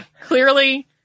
Clearly